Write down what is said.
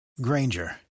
Granger